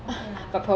okay lah